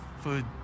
food